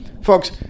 Folks